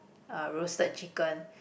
uh roasted chicken